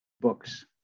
books